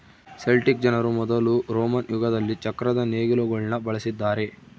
Celtic ಜನರು ಮೊದಲು Roman ಯುಗದಲ್ಲಿ ಚಕ್ರದ ನೇಗಿಲುಗುಳ್ನ ಬಳಸಿದ್ದಾರೆ